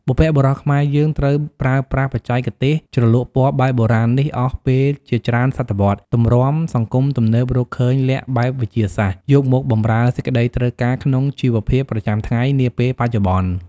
បុព្វបុរសខ្មែរយើងត្រូវប្រើប្រាស់បច្ចេកទេសជ្រលក់ពណ៌បែបបុរាណនេះ អស់ពេលជាច្រើនសតវត្ស ទំរាំសង្គមទំនើបរកឃើញល័ក្ខបែបវិទ្យាសាស្ត្រ យកមកបម្រើសេចក្ដីត្រូវការក្នុងជីវភាពប្រចាំថ្ងៃ នាពេលបច្ចុប្បន្ន។